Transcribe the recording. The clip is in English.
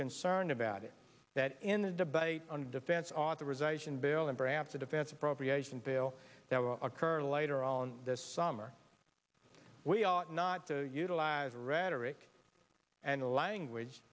concerned about it that in the debate on defense authorization bill and perhaps a defense appropriations bill that will occur later on this summer we ought not to utilize rhetoric and a language